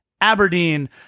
Aberdeen